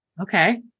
Okay